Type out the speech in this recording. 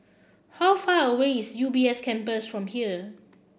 how far away is U B S Campus from here